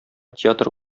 театр